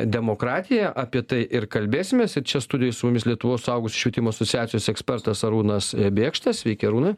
demokratija apie tai ir kalbėsimės ir čia studijoj su mumis lietuvos suaugusiųjų švietimo asociacijos ekspertas arūnas bėkšta sveiki arūnai